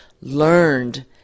learned